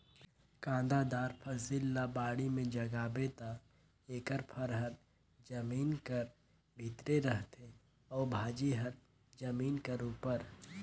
कांदादार फसिल ल बाड़ी में जगाबे ता एकर फर हर जमीन कर भीतरे रहथे अउ भाजी हर जमीन कर उपर